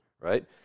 right